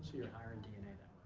you're hiring dna that